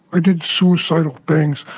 i did suicidal things.